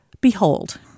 Behold